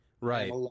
right